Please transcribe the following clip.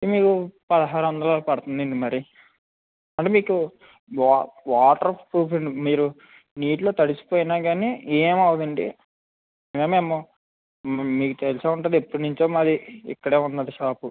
మీకు పదహారు వందలు అలా పడుతుందండి మరి అంటే మీకు వాట్ వాటర్ ప్రూఫ్ అండి మీరు నీటిలో తడిసిపోయినా కానీ ఏమవడండీ మేము మీ మీకు తెలిసే ఉంటుంది ఎప్పటినుంచో మాది ఇక్కడే ఉన్నాది షాప్